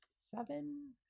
seven